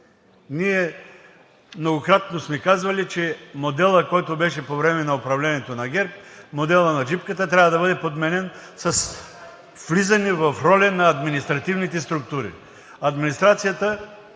Ние многократно сме казвали, че моделът, който беше по време на управлението на ГЕРБ, моделът на джипката, трябва да бъде подменен с влизане в роля на административните структури.